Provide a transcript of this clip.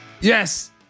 yes